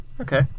okay